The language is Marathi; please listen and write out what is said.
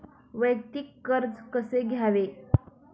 वैयक्तिक कर्ज कसे घ्यावे?